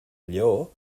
lleó